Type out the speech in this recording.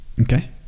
Okay